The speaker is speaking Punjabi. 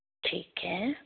ਠੀਕ ਹੈ